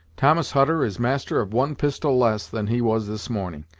thomas hutter is master of one pistol less than he was this morning,